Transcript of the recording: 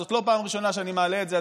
זאת לא פעם ראשונה שאני מעלה את זה,